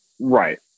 Right